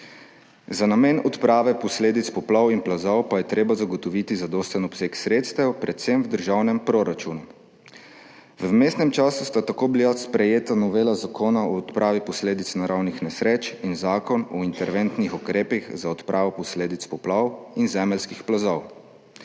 Za namen odprave posledic poplav in plazov pa je treba zagotoviti zadosten obseg sredstev predvsem v državnem proračunu. V vmesnem času sta tako bila sprejeta novela Zakona o odpravi posledic naravnih nesreč in Zakon o interventnih ukrepih za odpravo posledic poplav in zemeljskih plazov.